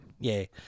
Yay